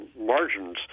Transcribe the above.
margins